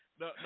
No